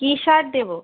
কী সার দেবো